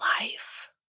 life